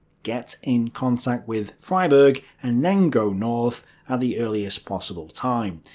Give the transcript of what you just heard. get in contact with freyberg, and then go north at the earliest possible time.